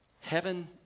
Heaven